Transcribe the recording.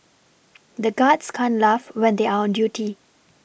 the guards can't laugh when they are on duty